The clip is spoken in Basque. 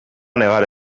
negar